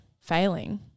failing